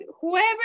whoever